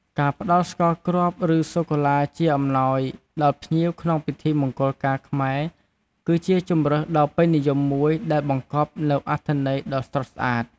ការផ្តល់ស្ករគ្រាប់ ឬសូកូឡាជាអំណោយដល់ភ្ញៀវក្នុងពិធីមង្គលការខ្មែរ គឺជាជម្រើសដ៏ពេញនិយមមួយដែលបង្កប់នូវអត្ថន័យដ៏ស្រស់ស្អាត។